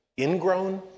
ingrown